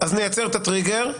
אז נייצר את הטריגר.